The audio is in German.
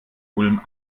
ulm